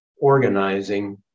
organizing